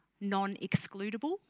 non-excludable